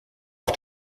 auf